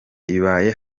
ibaye